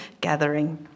gathering